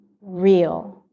real